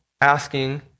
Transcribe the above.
asking